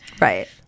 Right